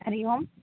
हरिः ओम्